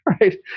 right